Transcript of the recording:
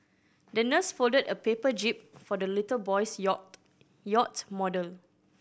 the nurse folded a paper jib for the little boy's yacht yacht model